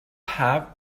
have